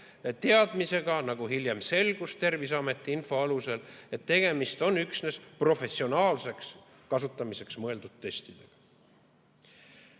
teadmisega, nagu hiljem selgus Terviseameti info alusel, et tegemist on üksnes professionaalseks kasutamiseks mõeldud testidega.